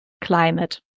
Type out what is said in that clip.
climate